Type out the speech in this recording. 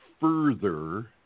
further